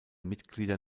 mitglieder